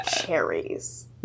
cherries